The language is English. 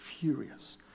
furious